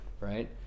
right